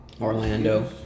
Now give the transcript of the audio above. Orlando